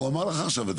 הוא אמר לך עכשיו את